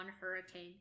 hurricane